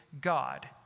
God